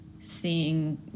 seeing